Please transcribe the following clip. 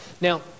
Now